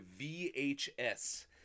VHS